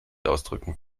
ausdrücken